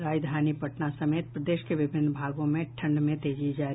और राजधानी पटना समेत प्रदेश के विभिन्न भागों में ठंड में तेजी जारी